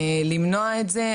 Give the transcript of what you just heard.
למנוע את זה.